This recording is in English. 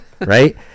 right